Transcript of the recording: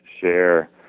share